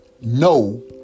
no